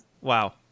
Wow